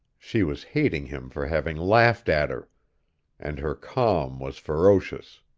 she was hating him for having laughed at her and her calm was ferocious.